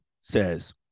says